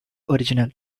original